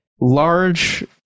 large